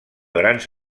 grans